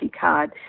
card